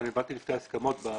הייתה ישיבת הסכמות של